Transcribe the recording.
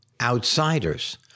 outsiders